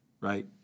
right